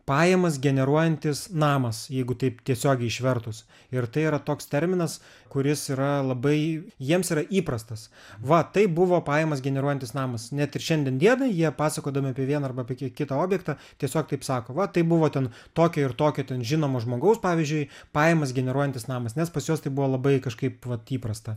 pajamas generuojantis namas jeigu taip tiesiogiai išvertus ir tai yra toks terminas kuris yra labai jiems yra įprastas va taip buvo pajamas generuojantis namas net ir šiandien dienai jie pasakodami apie vieną arba apie kitą objektą tiesiog taip sako va taip buvo ten tokia ir tokio ten žinomo žmogaus pavyzdžiui pajamas generuojantis namas nes pas juos tai buvo labai kažkaip vat įprasta